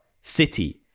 City